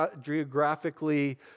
geographically